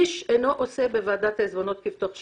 איש אינו עושה בוועדת העיזבונות כבתוך שלו.